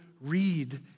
read